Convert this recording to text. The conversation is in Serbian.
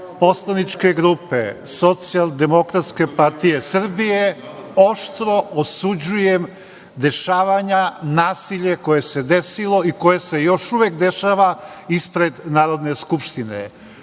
poslaničke grupe Socijaldemokratske partije Srbije oštro osuđujem dešavanja, nasilje koje se desilo i koje se još uvek dešava ispred Narodne skupštine. Narodna